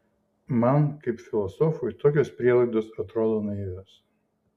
man kaip filosofui tokios prielaidos atrodo naivios